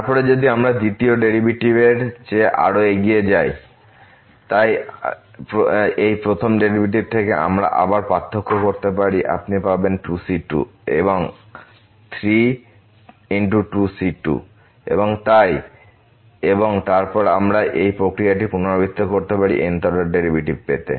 তারপরে যদি আমরা দ্বিতীয় ডেরিভেটিভের চেয়ে আরও এগিয়ে যাই তাই এই প্রথম ডেরিভেটিভ থেকে আমরা আবার পার্থক্য করতে পারি আপনি পাবেন 2 c2 এখানে 3⋅2c3 এবং তাই এবং তারপর আমরা এই প্রক্রিয়াটি পুনরাবৃত্তি করতে পারি n th অর্ডার ডেরিভেটিভ পেতে